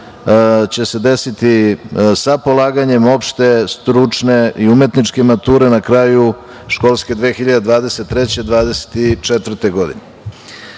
će se desiti sa polaganjem opšte, stručne i umetničke mature na kraju školske 2023/24. godine. Imam